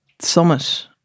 Summit